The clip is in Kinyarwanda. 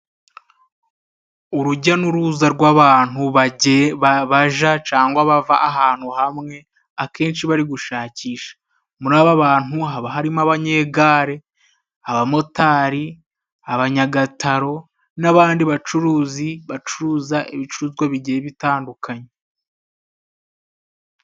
Urujya n'uruza rw'abantu baja cyangwa bava ahantu hamwe akenshi bari gushakisha. Muri aba bantu haba harimo abanyegare, abamotari, abanyagataro n'abandi bacuruzi. Bacuruza ibicuruzwa bigiye bitandukanye.